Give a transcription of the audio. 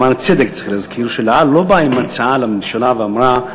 למען הצדק צריך להזכיר ש"אל על" לא באה עם הצעה לממשלה ואמרה: